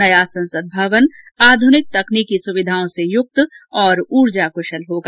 नया संसद भवन आध्निक तकनीकी सुविधाओं से युक्त और ऊर्जा क्शल होगा